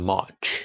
March